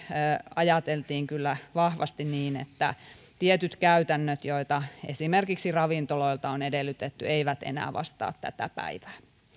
ajateltiin kyllä vahvasti niin että tietyt käytännöt joita esimerkiksi ravintoloilta on edellytetty eivät enää vastaa tätä päivää